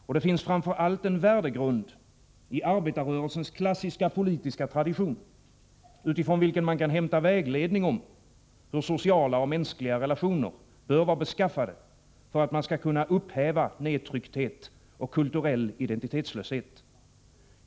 Och det finns framför allt en värdegrund i arbetarrörelsens klassiska politiska tradition, utifrån vilken man kan hämta vägledning om hur sociala och mänskliga relationer bör vara beskaffade för att man skall kunna upphäva nedtryckthet och kulturell identitetslöshet.